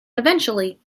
eventually